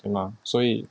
对吗所以